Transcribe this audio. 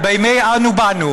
בימי "אנו באנו".